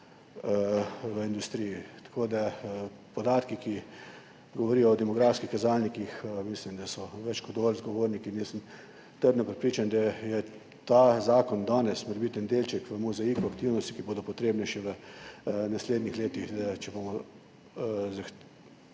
v industriji. Tako da mislim, da so podatki, ki govorijo o demografskih kazalnikih, več kot dovolj zgovorni in jaz sem trdno prepričan, da je ta zakon danes morebiti en delček v mozaiku aktivnosti, ki bodo potrebne še v naslednjih letih, če bomo